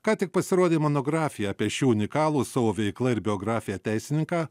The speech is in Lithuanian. ką tik pasirodė monografija apie šį unikalų savo veikla ir biografija teisininką